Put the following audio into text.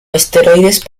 esteroides